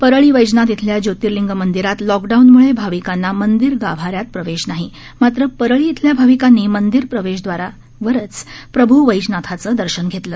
परळी वैजनाथ इथल्या ज्योर्तिलिंग मंदिरात लॉकडाऊन मुळे भाविकांना मंदिर गाभाऱ्यात प्रवेश नाही मात्र परळी इथल्या भाविकांनी मंदिर प्रवेशद्वारावरच प्रभू वैजनाथाचं दर्शन घेतलं